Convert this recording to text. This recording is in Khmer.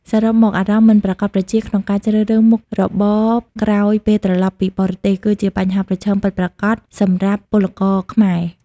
សរុបមកអារម្មណ៍មិនប្រាកដប្រជាក្នុងការជ្រើសរើសមុខរបរក្រោយពេលត្រឡប់ពីបរទេស គឺជាបញ្ហាប្រឈមពិតប្រាកដសម្រាប់ពលករខ្មែរ។